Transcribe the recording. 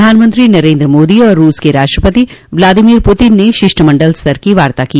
प्रधानमंत्रो नरेन्द्र मोदी और रूस के राष्ट्रपति व्लादिमीर पुतिन ने शिष्टमंडल स्तर की वार्ता की